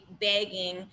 begging